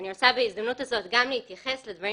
אני רוצה בהזדמנות הזאת להתייחס לדברים